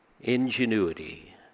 ingenuity